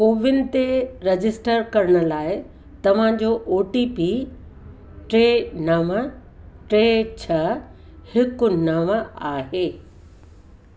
CoWIN ते register करण लाइ तव्हां जो ओ टी पी टे नवं टे छह हिकु नवं आहे